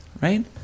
right